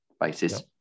basis